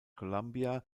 columbia